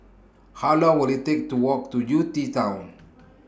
How Long Will IT Take to Walk to U T Town